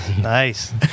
Nice